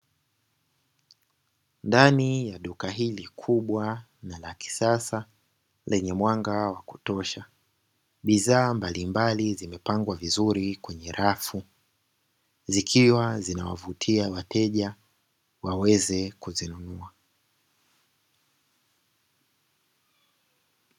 Ndani ya duka hili kubwa na la kisasa, lenye mwanga wa kutosha; bidhaa mbalimbali zimepangwa vizuri kwenye rafu, zikiwa zinawavutia wateja waweze kuzinunua.